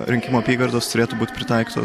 rinkimų apygardos turėtų būti pritaikytos